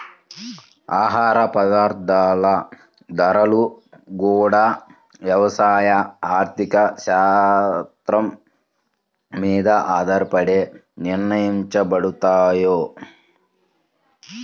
ఆహార పదార్థాల ధరలు గూడా యవసాయ ఆర్థిక శాత్రం మీద ఆధారపడే నిర్ణయించబడతయ్